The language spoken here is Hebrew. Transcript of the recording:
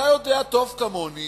אתה יודע טוב כמוני